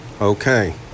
Okay